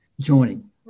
joining